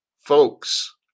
Folks